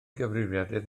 gyfrifiadur